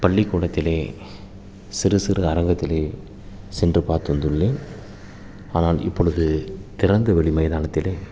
பள்ளிக்கூடத்தில் சிறு சிறு அரங்கத்தில் சென்று பார்த்து வந்துள்ளேன் ஆனால் இப்பொழுது திறந்தவெளி மைதானத்தில்